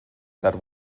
that